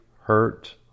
hurt